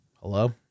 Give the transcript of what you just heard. Hello